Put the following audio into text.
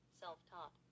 self-taught